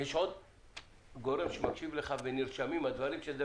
יש גורם נוסף שמקשיב לך והדברים נרשמים בפרוטוקול,